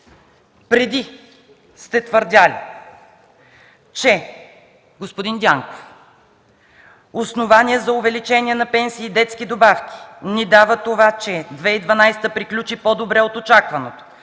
Преди сте твърдели, че думите на господин Дянков са: „Основание за увеличение на пенсии и детски добавки ни дава това, че 2012 г. приключи по-добре от очакваното.